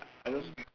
I don't